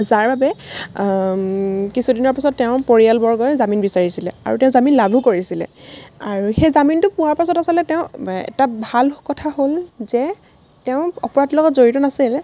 যাৰ বাবে কিছু দিনৰ পাছত তেওঁৰ পৰিয়ালবৰ্গই জামিন বিচাৰিছিলে আৰু তেওঁ জামিন লাভো কৰিছিলে আৰু সেই জামিনটো পোৱাৰ পাছতে আচলতে তেওঁ এটা ভাল কথা হ'ল যে তেওঁ অপৰাধৰ লগত জড়িত নাছিল